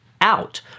out